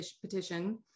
petition